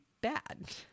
bad